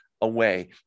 away